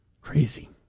Crazy